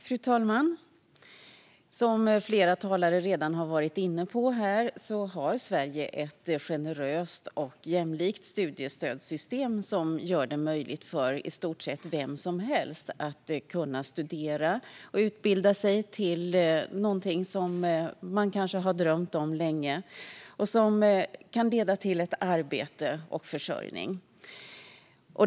Fru talman! Som flera talare redan har varit inne på har Sverige ett generöst och jämlikt studiestödssystem, som gör det möjligt för i stort sett vem som helst, oberoende av familjens studiebakgrund eller ekonomi, att studera och utbilda sig till något man kanske har drömt om länge och som kan leda till ett arbete och försörjning.